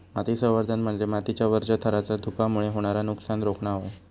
माती संवर्धन म्हणजे मातीच्या वरच्या थराचा धूपामुळे होणारा नुकसान रोखणा होय